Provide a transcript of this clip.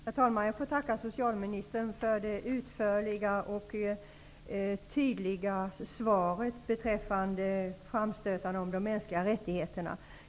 Herr talman! Jag får tacka socialministern för det utförliga och tydliga svaret beträffande framstöten om de mänskliga rättigheterna i Kina.